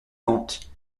vente